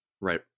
Right